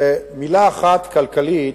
מלה אחת כלכלית: